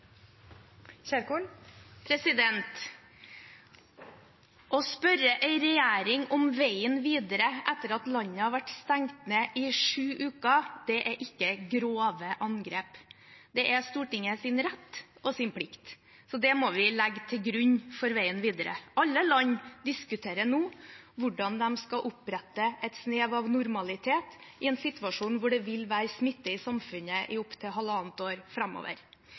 Å spørre en regjering om veien videre etter at landet har vært stengt ned i sju uker, er ikke grove angrep. Det er Stortingets rett og plikt. Det må vi legge til grunn for veien videre. Alle land diskuterer nå hvordan de skal opprette et snev av normalitet i en situasjon der det vil være smitte i samfunnet i opptil halvannet år framover.